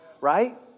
right